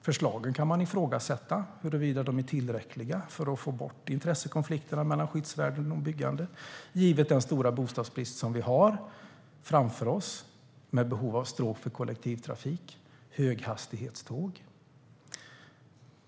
Det går att ifrågasätta huruvida förslagen är tillräckliga för att få bort intressekonflikterna mellan skyddsvärden och byggande, givet den stora bostadsbrist som finns framför oss med behov av stråk för kollektivtrafik och höghastighetståg.